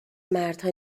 مردها